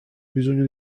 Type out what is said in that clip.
bisogno